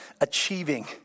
achieving